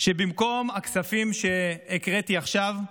שבמקום הכספים שהקראתי עכשיו,